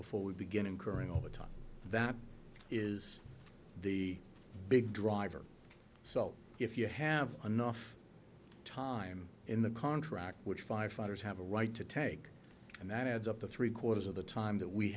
before we begin incurring overtime that is the big driver so if you have enough time in the contract which firefighters have a right to take and that adds up to three quarters of the time that we